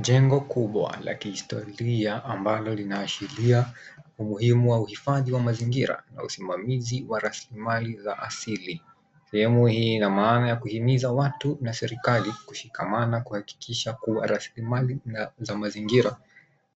Jengo kubwa la kihistoria ambalo linaashiria umuhimu wa uhifadhi za mazingira na usimamizi wa raslimali za asili. Sehemu hii ina maana ya kuhimiza watu na serikali kushikamana kuhakikisha kuwa raslimali na- za mazingira